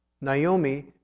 Naomi